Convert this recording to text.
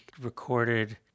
recorded